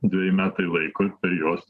dveji metai laiko per juos